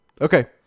Okay